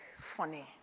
funny